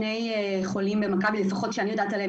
יש שני חולים שאני יודעת עליהם.